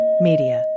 Media